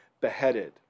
beheaded